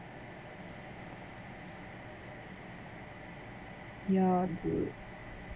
ya good